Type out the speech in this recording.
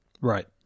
right